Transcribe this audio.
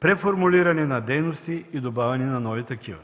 преформулиране на дейности и добавяне на нови такива.